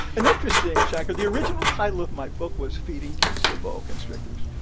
and interesting, shankar, the original title of my book was feeding kittens to boa constrictors.